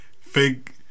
fake